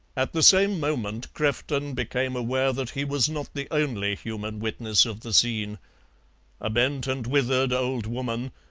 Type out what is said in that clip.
at the same moment crefton became aware that he was not the only human witness of the scene a bent and withered old woman,